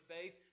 faith